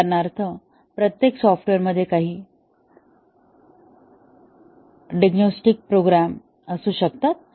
उदाहरणार्थ प्रत्येक सॉफ्टवेअरमध्ये काही डिग्नोस्टिक प्रोग्रॅम असू शकतात